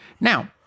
Now